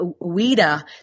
Ouida